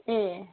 ए